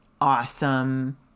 awesome